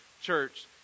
church